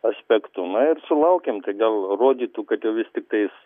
aspektu na ir sulaukėm tai gal rodytų kad vis tiktais